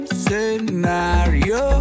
scenario